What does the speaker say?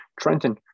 trenton